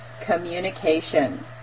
communication